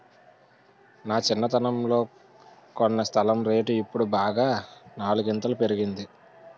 నా చిన్నతనంలో కొన్న స్థలం రేటు ఇప్పుడు బాగా నాలుగింతలు పెరిగింది